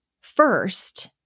First